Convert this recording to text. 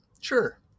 sure